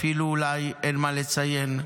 אפילו אולי אין מה לציין,